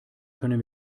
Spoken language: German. können